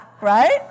Right